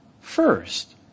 First